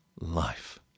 life